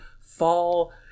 fall